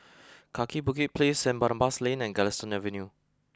Kaki Bukit Place Saint Barnabas Lane and Galistan Avenue